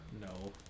no